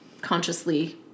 consciously